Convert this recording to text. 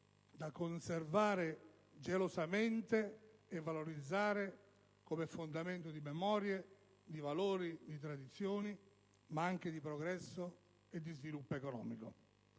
da conservare gelosamente e valorizzare come fondamento di memorie, valori, tradizioni, ma anche di progresso e sviluppo economico.